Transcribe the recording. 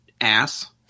ass